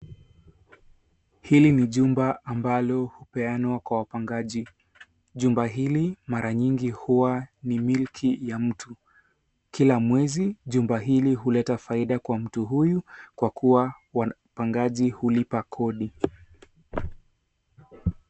Hili ni jumba ambalo hupeanwa kwa wapangaji. Jumba hili mara nyingi huwa ni mlilki ya mtu. Kila mwezi jumba hili huleta faida kwa mtu huyu kwa kuwa wapangaji hulipa kodi.